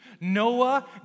Noah